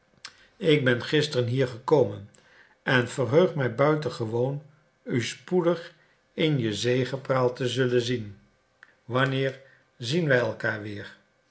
ik ben gisteren hier gekomen en verheug mij buitengewoon u spoedig in je zegepraal te zullen zien wanneer zien wij elkander weer